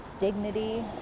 dignity